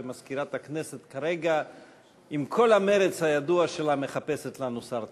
ומזכירת הכנסת כרגע עם כל המרץ הידוע שלה מחפשת לנו שר תורן.